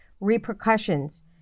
repercussions